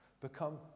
become